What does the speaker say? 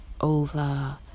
over